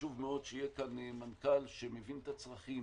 חשוב מאוד שיהיה כאן מנכ"ל שמבין את הצרכים,